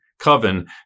coven